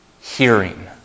hearing